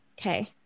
okay